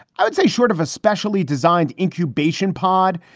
i would say short of a specially designed incubation pod,